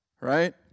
right